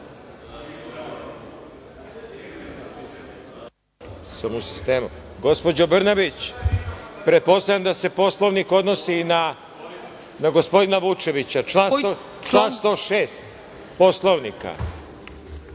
Gospođo Brnabić, pretpostavljam da se Poslovnik odnosi i na gospodina Vučevića, član 106. Poslovnika.